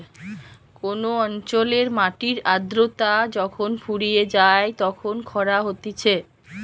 কোন অঞ্চলের মাটির আদ্রতা যখন ফুরিয়ে যায় তখন খরা হতিছে